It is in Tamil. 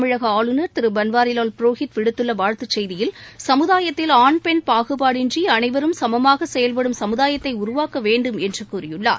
தமிழக ஆளுநர் திரு பன்வாரிலால் புரோஹித் விடுத்துள்ள வாழ்த்துச்செய்தியில் சமுதாயத்தில் ஆண் பெண் பாகுபாடின்றி அனைவரும் சமமாக செயல்படும் சமுதாயத்தை உருவாக்க வேண்டும் என்று கூறியுள்ளார்